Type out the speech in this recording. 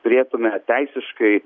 turėtume teisiškai